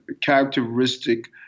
characteristic